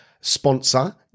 sponsor